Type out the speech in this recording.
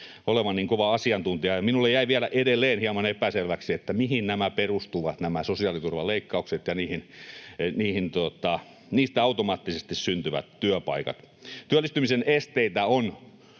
olevan niin kova asiantuntija. Minulle jäi edelleen hieman epäselväksi, mihin nämä sosiaaliturvaleikkaukset ja niistä automaattisesti syntyvät työpaikat perustuvat. Työllistymisen esteitä on